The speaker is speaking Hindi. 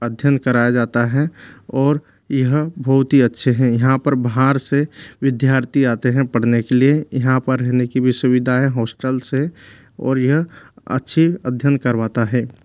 अध्ययन कराया जाता है ओर यह बहुत ही अच्छे हैं यहाँ पर बाहर से विद्यार्थी आते हैं पढ़ने के लिए यहाँ पर रहने की भी सुविधा है हॉस्टल्स हैं और यह अच्छी अध्ययन करवाता है